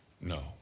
No